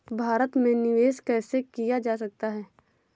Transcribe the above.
भारत में निवेश कैसे किया जा सकता है?